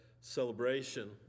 celebration